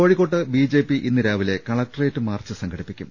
കോഴിക്കോട്ട് B J P ഇന്ന് രാവിലെ കളക്ടറേറ്റ് മാർച്ച് സംഘ ടിപ്പിക്കും